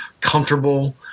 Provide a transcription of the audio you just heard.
comfortable